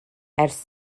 ers